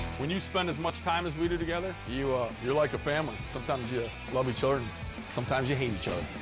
when you spend as much time as we do together, ah you're like a family. sometimes you love each other sometimes you hate each other.